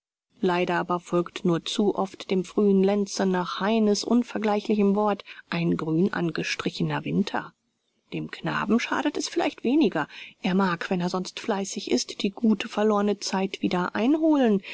leider aber folgt nur zu oft dem frühen lenze nach heine's unvergleichlichem wort ein grünangestrichner winter dem knaben schadet es vielleicht weniger er mag wenn er sonst fleißig ist die gute verlorne zeit wieder einholen